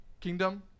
kingdom